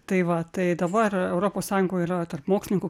tai va tai dabar europos sąjungoj yra tarp mokslininkų